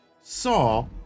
saw